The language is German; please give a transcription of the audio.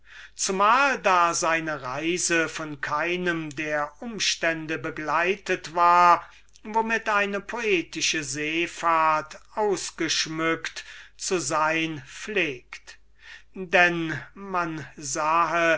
zumal da seine reise von keinem der umstände begleitet war womit eine poetische seefahrt ausgeschmückt zu sein pflegt denn man sahe